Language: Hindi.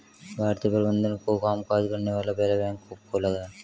भारतीय प्रबंधन से कामकाज करने वाला पहला बैंक कब खोला गया?